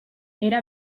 era